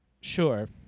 sure